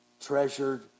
treasured